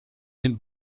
den